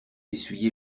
essuyé